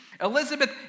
Elizabeth